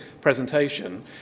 presentation